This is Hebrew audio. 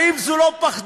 האם זו לא פחדנות?